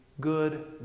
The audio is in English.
good